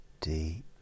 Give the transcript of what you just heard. deep